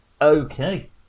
Okay